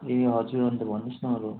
ए हजुर अन्त भन्नुहोस् न अरू